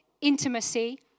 intimacy